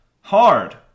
Hard